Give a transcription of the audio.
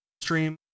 stream